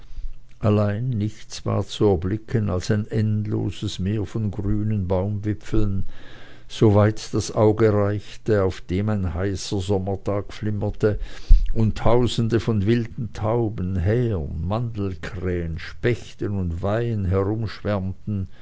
allein nichts war zu erblicken als ein endloses meer von grünen baumwipfeln so weit das auge reichte auf dem ein heißer sommertag flimmerte und tausende von wilden tauben hähern mandelkrähen spechten und weihen